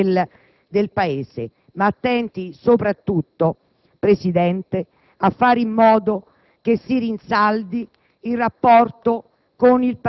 del Paese, ma attenti soprattutto, signor Presidente, a fare in modo che si rinsaldi il rapporto